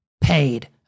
paid